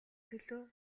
төлөө